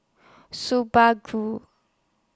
Subaru